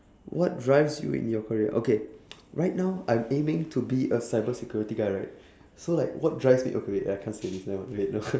what drives you in your career okay right now I'm aiming to be a cyber security guy right so like what drives me okay wait I can't say this never mind wait no wait uh